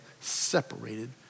separated